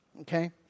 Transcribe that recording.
Okay